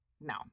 No